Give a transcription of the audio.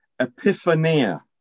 epiphania